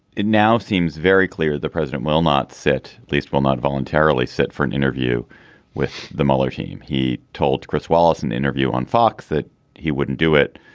it now seems very clear the president will not sit at least will not voluntarily sit for an interview with the mueller team. he told chris wallace an interview on fox that he wouldn't do it.